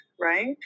right